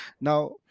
Now